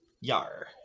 Yar